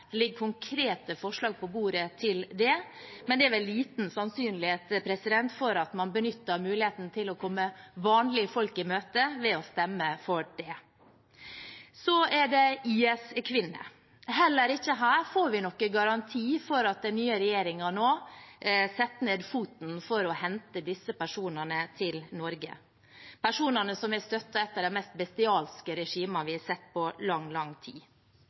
Det ligger konkrete forslag på bordet om det, men det er vel liten sannsynlighet for at man benytter muligheten til å komme vanlige folk i møte ved å stemme for det. Så er det IS-kvinnene. Heller ikke her får vi noen garanti for at den nye regjeringen setter ned foten for å hente disse personene til Norge – personer som har støttet et av de mest bestialske regimene vi har sett på lang, lang tid.